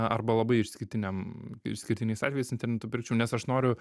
arba labai išskirtiniam išskirtiniais atvejais internetu pirkčiau nes aš noriu